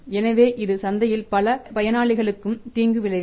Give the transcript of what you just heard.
எனவே இது சந்தையில் பல பயனாளிகளுக்கு தீங்கு விளைவிக்கும்